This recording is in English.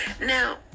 Now